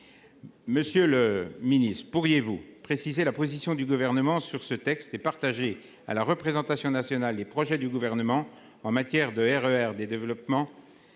Monsieur le Ministre, pourriez-vous préciser la position du gouvernement sur ce texte est partagé à la représentation nationale les projets du gouvernement en matière de RER des développements.